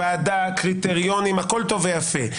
ועדה, קריטריונים, הכול טוב ויפה.